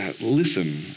listen